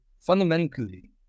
fundamentally